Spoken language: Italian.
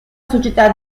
società